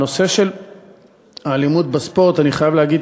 בנושא האלימות בספורט אני חייב להגיד,